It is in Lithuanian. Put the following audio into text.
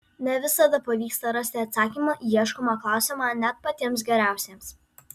ne visada pavyksta rasti atsakymą į ieškomą klausimą net patiems geriausiems